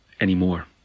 anymore